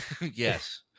Yes